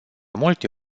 multe